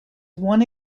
one